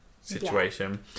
situation